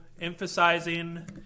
emphasizing